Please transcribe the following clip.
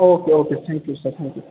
okay okay thank you sir thank you